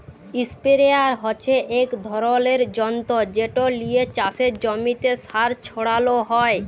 ইসপেরেয়ার হচ্যে এক ধরলের যন্তর যেট লিয়ে চাসের জমিতে সার ছড়ালো হয়